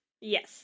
Yes